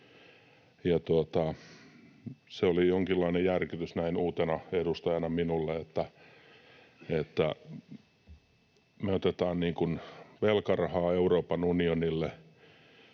oli jonkinlainen järkytys näin uutena edustajana minulle: me otetaan velkarahaa Euroopan unionille,